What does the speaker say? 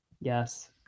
Yes